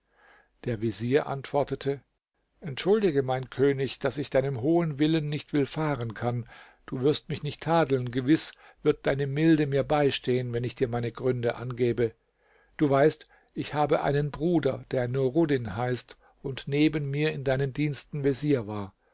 der vezier antwortete entschuldige mein könig daß ich deinem hohen willen nicht willfahren kann du wirst mich nicht tadeln gewiß wird deine milde mir beistehen wenn ich dir meine gründe angebe du weißt ich habe einen bruder der nuruddin heißt und neben mir in deinen diensten vezier war